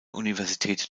universität